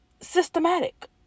systematic